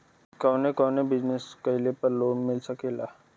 कवने कवने बिजनेस कइले पर लोन मिल सकेला?